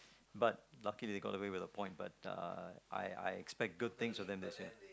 but lucky they got away with the point but uh I I expect good things from them this year